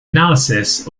analysis